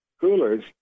coolers